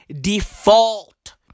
default